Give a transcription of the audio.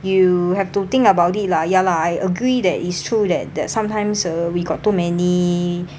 you have to think about it lah ya lah I agree that is true that that sometimes uh we got too many